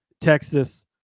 Texas